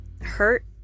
hurt